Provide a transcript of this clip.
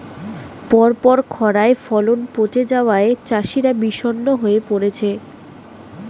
পরপর খড়ায় ফলন পচে যাওয়ায় চাষিরা বিষণ্ণ হয়ে পরেছে